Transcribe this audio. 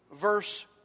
verse